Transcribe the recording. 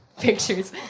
pictures